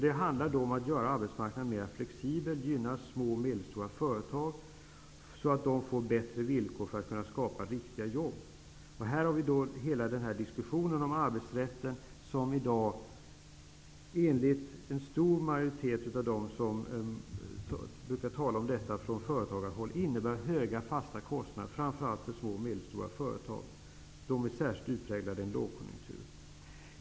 Det handlar då om att göra arbetsmarknaden mera flexibel, att gynna små och medelstora företag, så att de får bättre villkor för att kunna skapa riktiga jobb. Här har vi hela diskussionen om arbetsrätten, som i dag -- enligt en stor majoritet av dem som brukar tala om detta från företagarhåll -- innebär höga fasta kostnader, framför allt för små och medelstora företag. De är särskilt utpräglade i en lågkonjunktur.